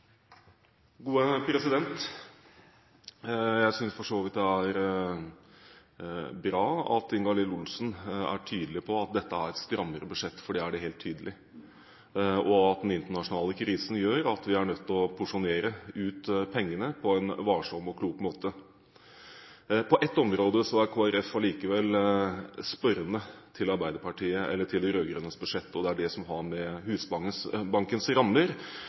tydelig på at dette er et strammere budsjett, for det er det helt tydelig, og at den internasjonale krisen gjør at vi er nødt til å porsjonere ut pengene på en varsom og klok måte. På ett område er Kristelig Folkeparti likevel spørrende til de rød-grønnes budsjett, og det er det som har med Husbankens rammer